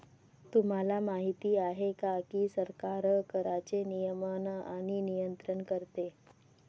तुम्हाला माहिती आहे का की सरकार कराचे नियमन आणि नियंत्रण करते